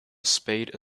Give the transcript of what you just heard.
spade